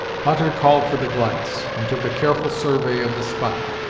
hutter called for the glass, and took a careful survey of the spot,